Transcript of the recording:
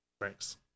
Thanks